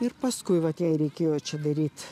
ir paskui vat jai reikėjo čia daryt